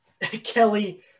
Kelly